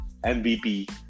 MVP